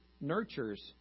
nurtures